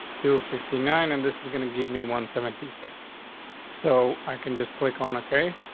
two fifty nine and this is gonna give me one seventy three so i can just click on. okay,